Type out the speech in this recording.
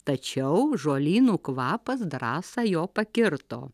tačiau žolynų kvapas drąsą jo pakirto